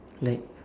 like